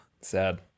Sad